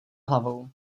hlavou